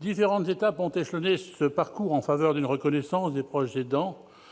Différentes étapes ont jalonné ce parcours vers la reconnaissance des proches aidants.